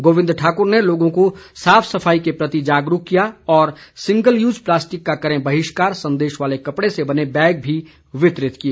गोविंद ठाक्र ने लोगों को साफ सफाई के प्रति जागरूक किया और सिंगल यूज प्लास्टिक का करें बहिष्कार संदेश वाले कपड़े से बने बैग भी वितरित किए